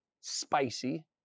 spicy